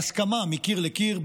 בהסכמה מקיר לקיר,